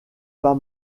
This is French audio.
pas